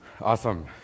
Awesome